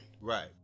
Right